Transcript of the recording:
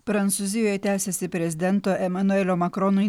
prancūzijoje tęsiasi prezidento emanuelio makrono